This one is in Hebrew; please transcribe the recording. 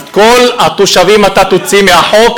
אז את כל התושבים אתה תוציא מהחוק?